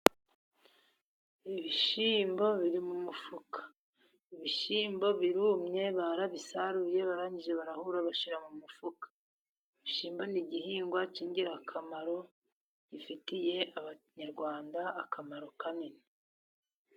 Ibishyimbo biri mu mufuka. Ibishyimbo birumye barabisaruye barangije barahura bashyira mu mufuka. Ibishyimbo ni igihingwa cy'ingirakamaro, gifitiye Abanyarwanda akamaro kanini.